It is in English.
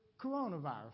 coronavirus